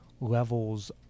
levels